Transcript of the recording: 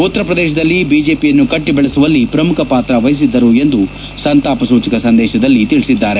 ಉತ್ತರಪ್ರದೇಶದಲ್ಲಿ ಬಿಜೆಪಿಯನ್ನು ಕಟ್ಟ ಬೆಳೆಸುವಲ್ಲಿ ಪ್ರಮುಖ ಪಾತ್ರ ವಹಿಸಿದ್ದರು ಎಂದು ಸಂತಾಪ ಸೂಚಕ ಸಂದೇಶದಲ್ಲಿ ತಿಳಿಸಿದ್ದಾರೆ